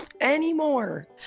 anymore